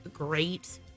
great